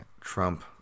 Trump